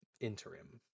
interim